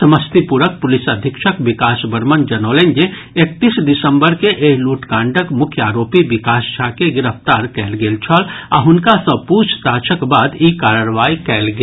समस्तीपुरक पुलिस अधीक्षक विकास वर्मन जनौलनि जे एकतीस दिसंबर के एहि लूट कांडक मुख्य आरोपी विकास झा के गिरफ्तार कयल गेल छल आ हुनका सँ पूछताछक बाद ई कार्रवाई कयल गेल